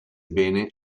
bene